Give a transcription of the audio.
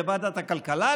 בוועדת הכלכלה,